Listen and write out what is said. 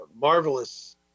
marvelous